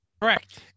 Correct